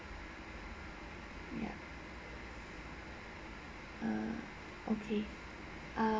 ya err okay err